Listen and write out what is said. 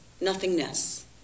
Nothingness